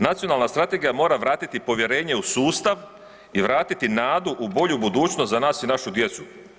Nacionalna strategija mora vratiti povjerenje u sustav i vratiti nadu u bolju budućnost za nas i našu djecu.